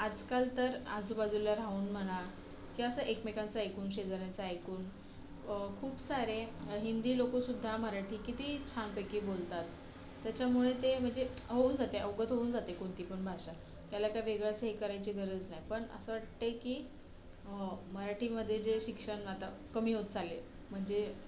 आजकाल तर आजूबाजूला राहून म्हणा की असं एकमेकांचं ऐकून शेजाऱ्यांचं ऐकून खूप सारे हिंदी लोकंसुद्धा मराठी किती छानपैकी बोलतात त्याच्यामुळे ते म्हणजे होऊन जाते अवगत होऊन जाते कोणती पण भाषा त्याला काय वेगळंच हे करायची गरज नाही पण असं वाटते की मराठीमध्ये जे शिक्षण आता कमी होत चाललं आहे म्हणजे